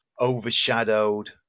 overshadowed